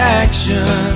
action